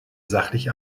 sachlich